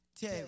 two